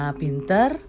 pinter